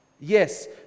Yes